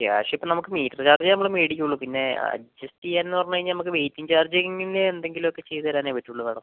ക്യാഷിപ്പം നമുക്ക് മീറ്റർ ചാർജെ നമ്മള് മേടിക്കയുള്ളൂ പിന്നെ അഡ്ജസ്റ്റ് ചെയ്യാനെന്നു പറഞ്ഞുകഴിഞ്ഞാൽ നമുക്ക് വെയ്റ്റിംഗ് ചാർജിംഗിനെ എന്തെങ്കിലുമൊക്കെ ചെയ്തുതരാനേ പറ്റുള്ളൂ മാഡം